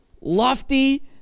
lofty